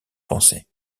français